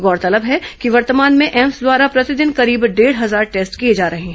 गौरतलब है कि वर्तमान में एम्स द्वारा प्रतिदिन करीब डेढ़ हजार टेस्ट किए जा रहे हैं